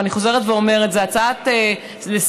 ואני חוזרת ואומרת שזאת הצעה לסדר-היום